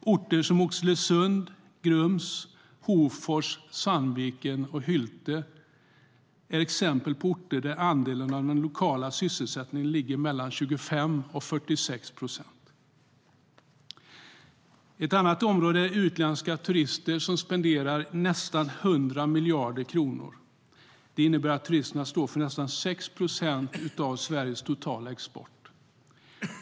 Orter som Oxelösund, Grums, Hofors, Sandviken och Hylte är exempel på orter där andelen av den lokala sysselsättningen är mellan 25 och 46 procent. Ett annat område är utländska turister, som spenderar nästan 100 miljarder kronor. Det innebär att turisterna står för nästan 6 procent av Sveriges totala export.